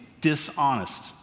dishonest